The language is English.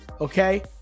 okay